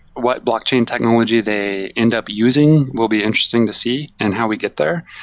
what blockchain technology they end up using will be interesting to see and how we get there,